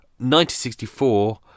1964